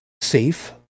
safe